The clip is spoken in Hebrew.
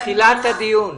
זה תחילת הדיון.